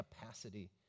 capacity